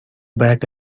back